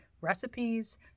recipes